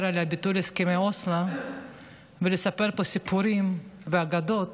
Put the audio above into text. על ביטול הסכמי אוסלו ולספר פה סיפורים ואגדות